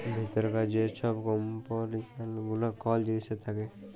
ভিতরকার যে ছব কম্পজিসল গুলা কল জিলিসের থ্যাকে